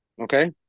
Okay